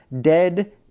dead